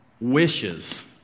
wishes